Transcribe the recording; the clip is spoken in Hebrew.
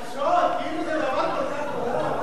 לחשוד, כאילו זה דבר כל כך נורא.